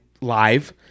live